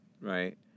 right